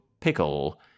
pickle